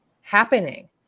happening